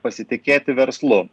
pasitikėti verslu